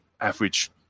average